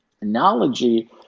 analogy